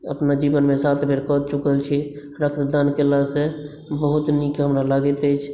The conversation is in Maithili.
अपना जीवनमे सात बेर कऽ चुकल छी रक्तदान केलासँ बहुत नीक हमरा लागैत अछि